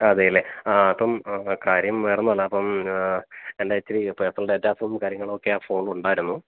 ആ അതേ അല്ലെ ആ അപ്പം കാര്യം വേറൊന്നുമല്ല അപ്പം എൻ്റെ ഇച്ചിരി പേർസണൽ ഡേറ്റാസും കാര്യങ്ങളു ഒക്കെ ആ ഫോണിലുണ്ടായിരുന്നു